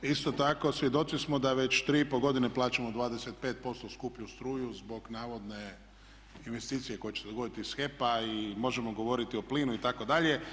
Isto tako svjedoci smo da već 3,5 godine plaćamo 25% skuplju struju zbog navodne investicije koja će se dogoditi iz HEP-a i možemo govoriti o plinu itd.